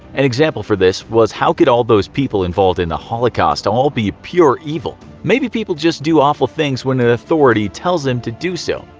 an example for this was how could all those people involved in the holocaust all be pure evil? maybe people just do awful things when an authority tells them to do so.